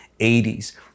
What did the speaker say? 80s